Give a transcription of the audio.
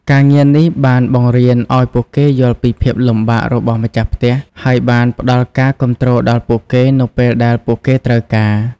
ការងារនេះបានបង្រៀនឱ្យពួកគេយល់ពីភាពលំបាករបស់ម្ចាស់ផ្ទះ ហើយបានផ្តល់ការគាំទ្រដល់ពួកគេនៅពេលដែលពួកគេត្រូវការ។